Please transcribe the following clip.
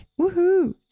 woohoo